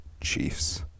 Chiefs